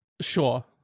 Sure